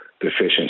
deficiency